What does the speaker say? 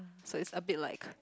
so it's a bit like